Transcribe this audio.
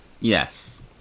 Yes